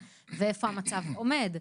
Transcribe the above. ואיפה המצב עומד,